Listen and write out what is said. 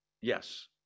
Yes